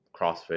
CrossFit